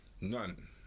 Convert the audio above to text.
None